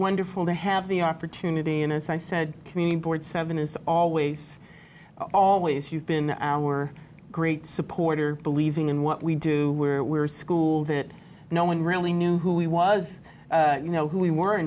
wonderful to have the opportunity and as i said community board seven is always always you've been our great supporter believing in what we do we're we're a school that no one really knew who we was you know who we weren't